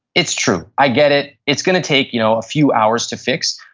it's true. i get it. it's going to take you know a few hours to fix,